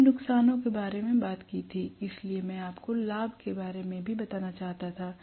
हमने नुकसान के बारे में बात की थी इसलिए मैं आपको लाभ के बारे में भी बताना चाहता था